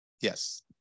yes